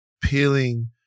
peeling